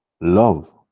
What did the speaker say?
Love